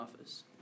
office